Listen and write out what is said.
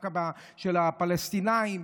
דווקא של פלסטינים,